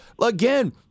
Again